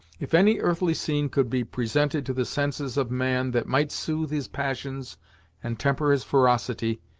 if any earthly scene could be presented to the senses of man that might soothe his passions and temper his ferocity,